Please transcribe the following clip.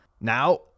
Now